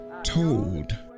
Told